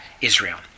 Israel